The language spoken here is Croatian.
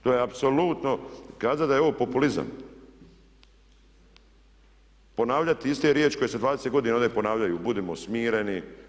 To je apsurdno kazati da je ovo populizam, ponavljati iste riječi koje se 20 godina ovdje ponavljaju, budimo smireni.